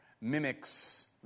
mimics